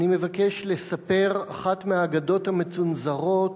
אני מבקש לספר אחת מהאגדות המצונזרות